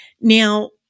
Now